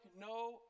no